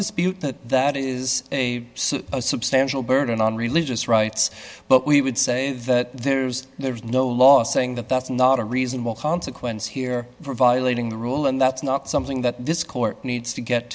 dispute that it is a substantial burden on religious rights but we would say that there's there's no law saying that that's not a reasonable consequence here for violating the rule and that's not something that this court needs to get